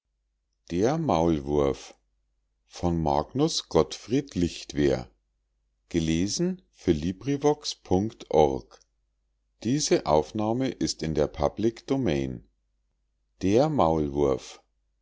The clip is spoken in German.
gottfried lichtwer der